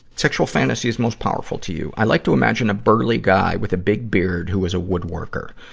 sexual fantasies most powerful to you? i like to imagine a burly guy with a big beard who is a woodworker.